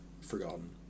forgotten